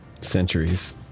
Centuries